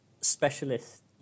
specialist